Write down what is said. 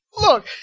look